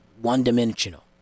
one-dimensional